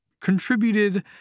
contributed